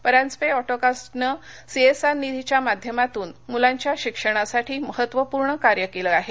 Paranjpe auto cast नं CSR निधीच्या माध्यमातून मुलांच्या शिक्षणासाठी महत्वपूर्ण कार्य केलं आहे